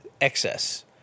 excess